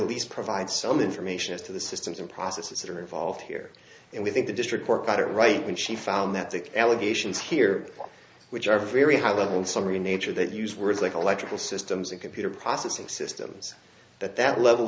at least provide some information as to the systems and processes that are involved here and we think the district court got it right when she found that the allegations here which are very high level and summary nature that use words like electrical systems and computer processing systems that that level